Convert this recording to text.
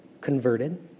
converted